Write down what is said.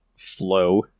flow